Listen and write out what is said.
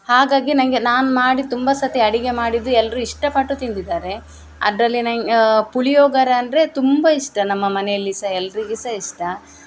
ಹಾಗಾಗಿ ನನಗೆ ನಾನು ಮಾಡಿದ ತುಂಬ ಸರತಿ ಅಡುಗೆ ಮಾಡಿದ್ದು ಎಲ್ಲರೂ ಇಷ್ಟಪಟ್ಟು ತಿಂದಿದ್ದಾರೆ ಅದರಲ್ಲಿ ನನ್ನ ಪುಳಿಯೋಗರೆ ಅಂದರೆ ತುಂಬ ಇಷ್ಟ ನಮ್ಮ ಮನೆಯಲ್ಲಿ ಸಹಾ ಎಲ್ಲರಿಗೆ ಸಹಾ ಇಷ್ಟ